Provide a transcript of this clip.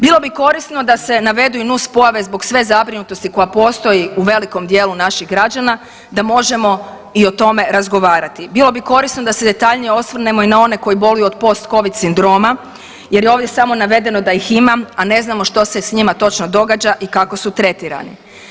Bilo bi korisno da se navedu i nuspojave zbog sve zabrinutosti koja postoji u velikom dijelu naših građana da možemo i o tome razgovarati, bilo bi korisno da se detaljnije osvrnemo i na one koji boluju od post covid sindroma jer je ovdje samo navedeno da ih ima, a ne znamo što se s njima točno događa i kako su tretirani.